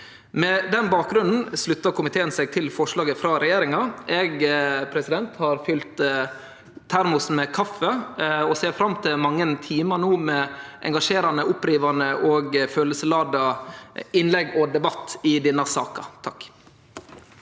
Med den bakgrunnen sluttar komiteen seg til forslaget frå regjeringa. Eg har fylt termosen med kaffi og ser fram til mange timar no med engasjerande, opprivande og kjensleladde innlegg og debatt i denne saka.